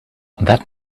that